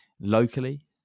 locally